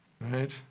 right